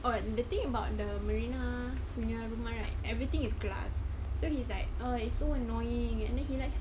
oh the thing about the marina punya rumah right everything is glass so he's like oh it's so annoying and then he likes